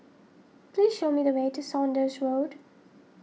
please show me the way to Saunders Road